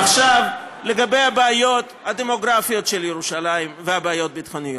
עכשיו לגבי הבעיות הדמוגרפיות של ירושלים והבעיות הביטחוניות.